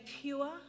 pure